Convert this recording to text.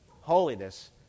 holiness